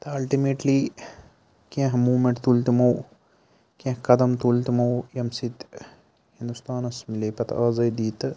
تہٕ اَلٹِمیٹلی کیٚنٛہہ موٗمیٚنٛٹ تُلۍ تِمو کیٚنٛہہ قدم تُلۍ تِمو ییٚمہِ سۭتۍ ہنٛدوستانَس میلے پَتہٕ آزٲدی تہٕ